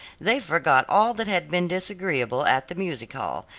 they forgot all that had been disagreeable at the music hall,